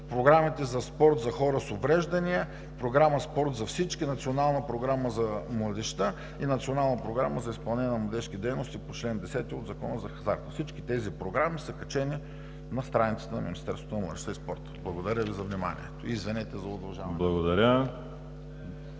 програмите за спорт за хора с увреждания, програма „Спорт за всички“, Национална програма за младежта и Национална програма за изпълнение на младежки дейности по чл. 10 от Закона за хазарта. Всички тези програми са качени на страницата на Министерството на младежта и спорта. Благодаря Ви за вниманието и извинете за удължаването.